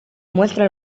muestra